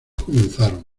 comenzaron